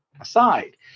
aside